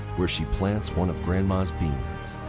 where she plants one of grandma's beans,